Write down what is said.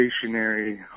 stationary